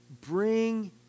bring